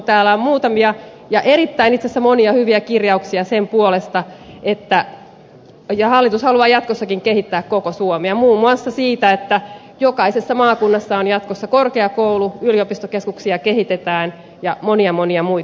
täällä on muutamia ja itse asiassa erittäin monia hyviä kirjauksia ja hallitus haluaa jatkossakin kehittää koko suomea muun muassa siitä että jokaisessa maakunnassa on jatkossa korkeakoulu yliopistokeskuksia kehitetään ja monia monia muita